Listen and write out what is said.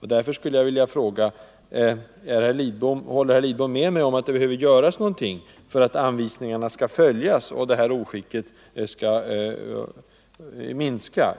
Därför skulle jag vilja fråga: Håller herr Lidbom med mig om att det behöver göras någonting för att anvisningarna skall följas och det här oskicket minska?